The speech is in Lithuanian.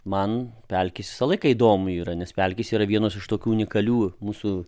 man pelkės visą laiką įdomu yra nes pelkės yra vienas iš tokių unikalių mūsų